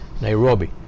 Nairobi